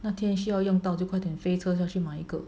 那天需要用到就快点飞车下去买一个